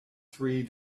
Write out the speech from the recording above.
three